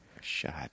Shut